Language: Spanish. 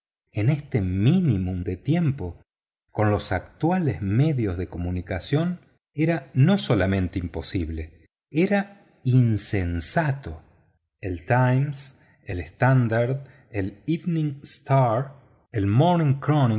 en este minimum de tiempo con los actuales medios de comunicación era no solamente imposible era insensato el times el standard el evening star el